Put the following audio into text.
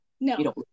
No